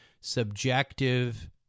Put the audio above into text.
subjective